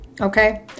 Okay